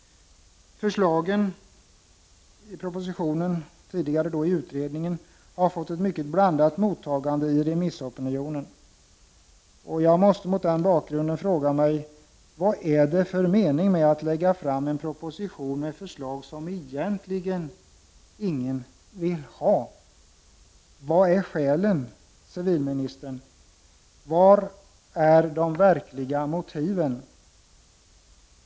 Förslagen i propositionen och från den tidigare sittande utredningen har fått ett mycket blandat mottagande i remissopinionen. Jag måste mot den bakgrunden fråga mig: Vad är det för mening med att lägga fram en proposition med förslag som ingen egentligen vill ha? Vad är skälen, civilministern? Var är de verkliga motiven?